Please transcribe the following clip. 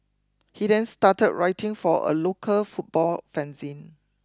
he then started writing for a local football fanzine